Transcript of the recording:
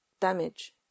damage